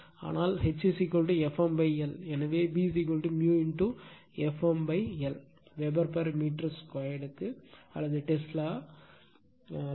எனவே B Fm l வெபர்மீட்டர்2 க்கு அல்லது டெஸ்லா அல்லது அலகு